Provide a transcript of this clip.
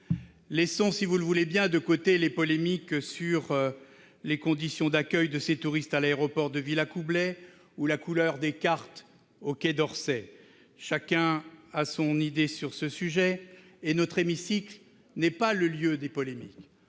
Laissons de côté les polémiques sur les conditions d'accueil de ces touristes à l'aéroport de Villacoublay ou sur la couleur de la carte du Quai d'Orsay. Chacun a son idée sur ces sujets, et notre hémicycle n'est pas le lieu des polémiques.